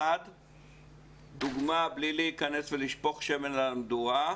1. דוגמה בלי לשפוך שמן על המדורה,